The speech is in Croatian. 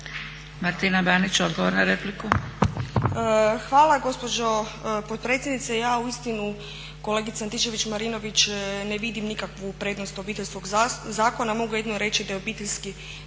**Banić, Martina (HDZ)** Hvala gospođo potpredsjednice. Ja uistinu kolegice Antičević-Marinović ne vidim nikakvu prednost Obiteljskog zakona, mogu jedino reći da je Obiteljski